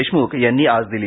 देशमुख यांनी आज दिली